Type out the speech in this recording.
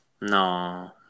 No